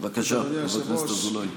בבקשה, חבר הכנסת אזולאי.